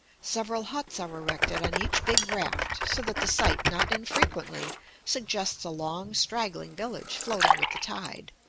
several huts are erected on each big raft, so that the sight not infrequently suggests a long straggling village floating with the tide.